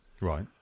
Right